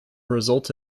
result